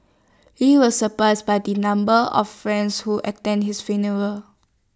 he was surprised by the number of friends who attended his funeral